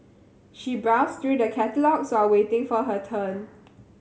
she browsed through the catalogues while waiting for her turn